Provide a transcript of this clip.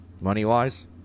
Money-wise